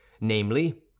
namely